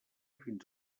fins